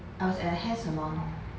I was at a hair salon